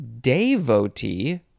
devotee